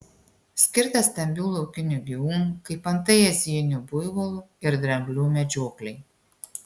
skirtas stambių laukinių gyvūnų kaip antai azijinių buivolų ir dramblių medžioklei